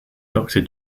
doctor